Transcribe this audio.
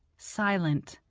silent,